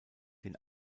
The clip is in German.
den